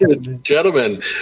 gentlemen